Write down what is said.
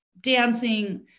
dancing